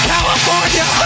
California